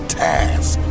task